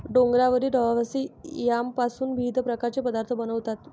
डोंगरावरील रहिवासी यामपासून विविध प्रकारचे पदार्थ बनवतात